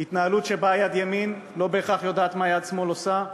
היא התנהלות שבה יד ימין לא בהכרח יודעת מה יד שמאל עושה.